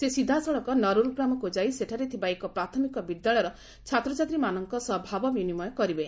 ସେ ସିଧାସଳଖ ନରୁର୍ ଗ୍ରାମକୁ ଯାଇ ସେଠାରେ ଥିବା ଏକ ପ୍ରାଥମିକ ବିଦ୍ୟାଳୟର ଛାତ୍ରଛାତ୍ରୀମାନଙ୍କ ସହ ଭାବ ବିନିମୟ କରିବେ